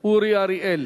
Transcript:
אורי אריאל.